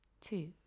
two